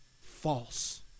False